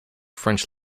french